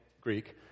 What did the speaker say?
Greek